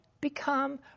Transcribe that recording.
become